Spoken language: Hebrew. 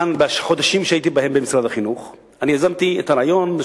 בחודשים שהייתי בהם במשרד החינוך אני יזמתי את הרעיון,